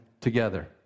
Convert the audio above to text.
together